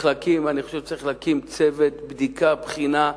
אני חושב שצריך להקים צוות בדיקה, בחינה,